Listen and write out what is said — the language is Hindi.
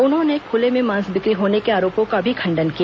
उन्होंने खुले में मांस बिक्री होने के आरोपों का भी खंडन किया